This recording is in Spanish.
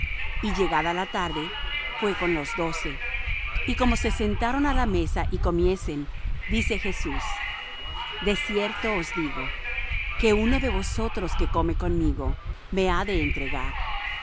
y llegada la tarde fué con los doce y como se sentaron á la mesa y comiesen dice jesús de cierto os digo que uno de vosotros que come conmigo me ha de entregar